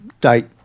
date